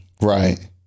Right